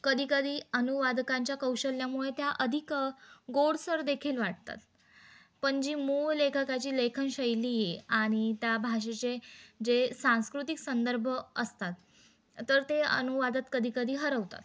कधीकधी अनुवादकांच्या कौशल्यामुळे त्या अधिक गोडसर देखील वाटतात पण जी मूळ लेखकाची लेखनशैली आहे आणि त्या भाषेचे जे सांस्कृतिक संदर्भ असतात तर ते अनुवादात कधीकधी हरवतात